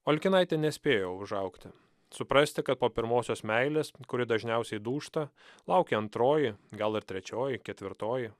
olkinaitė nespėjo užaugti suprasti kad po pirmosios meilės kuri dažniausiai dūžta laukia antroji gal ir trečioji ketvirtoji